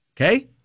Okay